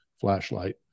flashlight